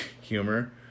humor